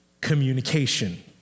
communication